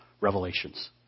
revelations